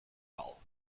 all